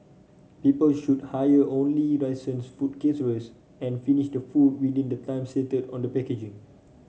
people should hire only licensed food and finish the food within the time stated on the packaging